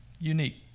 unique